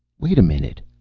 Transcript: wait a minute!